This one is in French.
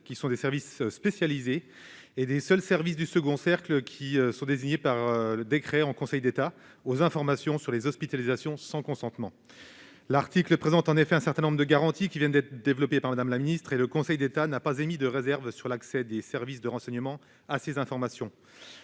qui sont des services spécialisés, et des seuls services du second cercle, désignés par décret en Conseil d'État, aux informations sur les hospitalisations sans consentement. Il vise à présenter un certain nombre de garanties, qui viennent d'être développées par Mme la ministre, et le Conseil d'État n'a pas émis de réserves sur l'accès des services de renseignement à ces informations.